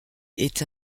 est